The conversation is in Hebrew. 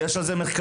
יש על זה מחקרים,